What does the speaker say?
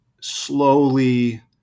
slowly